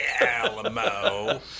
Alamo